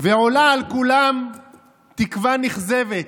ועולה על כולם תקווה נכזבת,